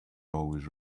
always